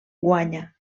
guanya